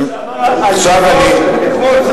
כמו שאמר,